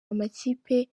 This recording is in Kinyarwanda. amakipe